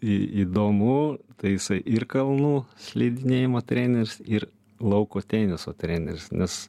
į įdomu tai jisai ir kalnų slidinėjimo treneris ir lauko teniso treneris nes